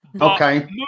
Okay